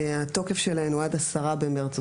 התוקף שלהן הוא עד 10 במרץ,